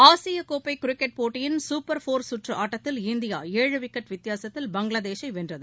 ஆசிய கோப்பை கிரிக்கெட் போட்டியின் சூப்பர் நான்கு குற்று ஆட்டத்தில் இந்தியா ஏழு விக்கெட் வித்தியாசத்தில் பங்களாதேசை வென்றது